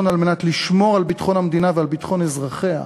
על מנת לשמור על ביטחון המדינה ועל ביטחון אזרחיה,